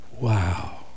Wow